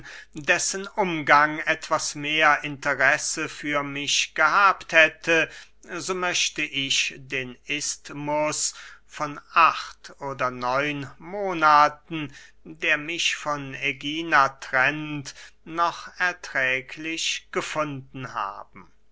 dessen umgang etwas mehr interesse für mich gehabt hätte so möchte ich den isthmus von acht oder neun monaten der mich von ägina trennt noch erträglich gefunden haben